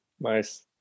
Nice